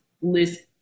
list